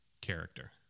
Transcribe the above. character